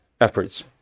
efforts